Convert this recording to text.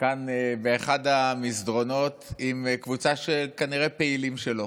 כאן באחד המסדרונות עם קבוצה של פעילים שלו,